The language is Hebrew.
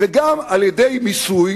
וגם על-ידי מיסוי.